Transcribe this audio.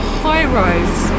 high-rise